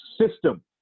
system